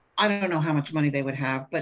i don't know know how much money they would have, but